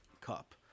cup